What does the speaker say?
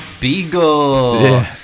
beagle